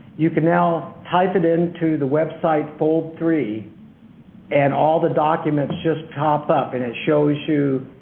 you can now type it into the web site fold three and all the documents just pop up and it shows you